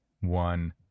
one